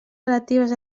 relatives